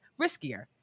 riskier